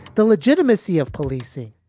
the legitimacy of policing,